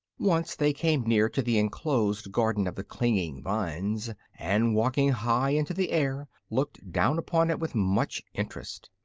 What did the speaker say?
once they came near to the enclosed garden of the clinging vines, and walking high into the air looked down upon it with much interest.